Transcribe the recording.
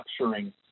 capturing